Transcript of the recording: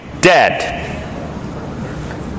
dead